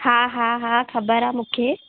हा हा हा ख़बर आहे मूंखे